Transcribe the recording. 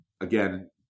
again